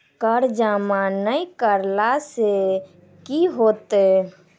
कर जमा नै करला से कि होतै?